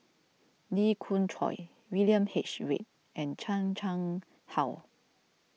Lee Khoon Choy William H Read and Chan Chang How